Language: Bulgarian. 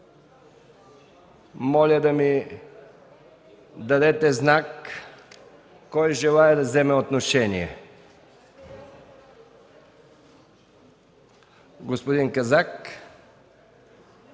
Моля да ми дадете знак кой желае да вземе отношение. Господин Казак,